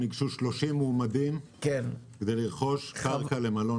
ועכשיו ניגשו 30 מועמדים כדי לרכוש קרקע למלון